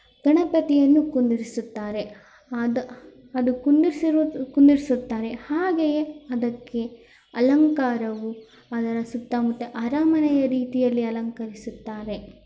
ಗಣಪತಿಯನ್ನು ಕುಳ್ಳಿರ್ಸುತ್ತಾರೆ ಆದ ಅದು ಕುಂದಿರ್ಸಿರೋ ಕುಳ್ಳಿರ್ಸುತ್ತಾರೆ ಹಾಗೆಯೇ ಅದಕ್ಕೆ ಅಲಂಕಾರವು ಅದರ ಸುತ್ತಮುತ್ತ ಅರಮನೆಯ ರೀತಿಯಲ್ಲಿ ಅಲಂಕರಿಸುತ್ತಾರೆ